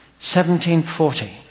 1740